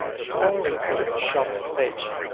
but only to the shop page,